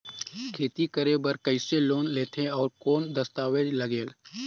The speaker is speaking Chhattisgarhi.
खेती करे बर कइसे लोन लेथे और कौन दस्तावेज लगेल?